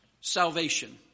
salvation